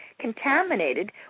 contaminated